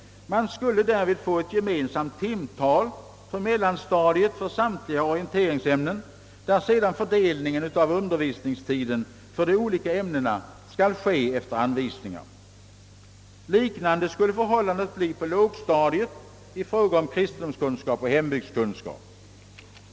Vi skulle härigenom få ett gemensamt timtal på mellanstadiet för samtliga orienteringsämnen, och fördelningen av undervisningstiden mellan de olika ämnena skulle ske efter anvisningar. Liknande skulle förhållandet bli på lågstadiet i fråga om kristendomskunskap och hembygdskunskap.